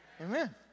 Amen